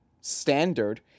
standard